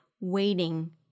waiting